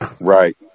Right